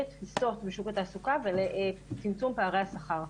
תפיסות בשוק התעסוקה ולצמצום פערי השכר.